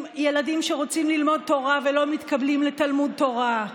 עם ילדים שרוצים ללמוד תורה ולא מתקבלים לתלמוד תורה,